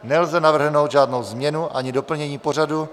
Nelze navrhnout žádnou změnu ani doplnění pořadu.